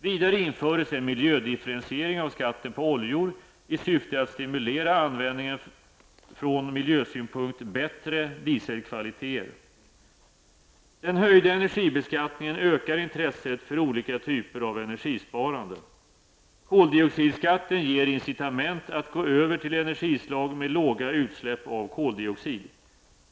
Vidare infördes en miljödifferentiering av skatten på oljor i syfte att stimulera användningen från miljösynpunkt bättre dieselkvaliteter. Den höjda energibeskattningen ökar intresset för olika typer av energisparande. Koldioxidskatten ger incitament att gå över till energislag med låga utsläpp av koldioxid.